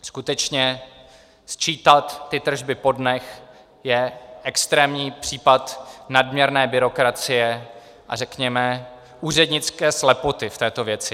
Skutečně sčítat tržby po dnech je extrémní případ nadměrné byrokracie a řekněme úřednické slepoty v této věci.